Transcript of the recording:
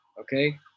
okay